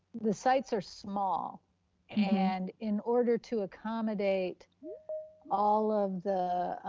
the sites are small and in order to accommodate all of the